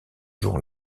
jour